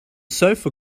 sofa